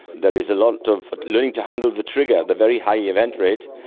there is a lot of learning to handle the trigger, the very high event rate,